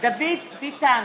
דוד ביטן,